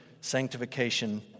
sanctification